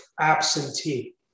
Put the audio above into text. absentee